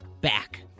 back